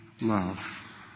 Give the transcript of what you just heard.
love